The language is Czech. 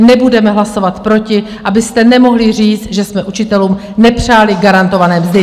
Nebudeme hlasovat proti, abyste nemohli říct, že jsme učitelům nepřáli garantované mzdy!